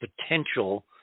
potential